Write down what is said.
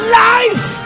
life